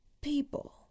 People